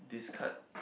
this card